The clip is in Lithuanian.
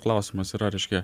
klausimas yra reiškia